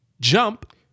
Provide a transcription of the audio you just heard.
jump